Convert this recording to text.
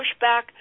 pushback